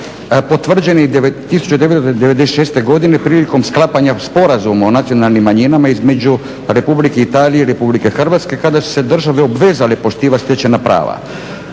potvrđena 1996. godine prilikom sklapanja Sporazuma o nacionalnim manjinama između Republike Italije i Republike Hrvatske kada su se države obvezale poštivati stečena prava.